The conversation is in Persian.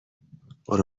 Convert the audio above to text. برو